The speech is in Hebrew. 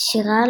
שירה